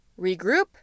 regroup